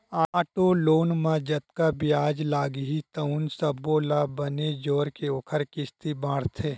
auto loan म जतका बियाज लागही तउन सब्बो ल बने जोरके ओखर किस्ती बाटथे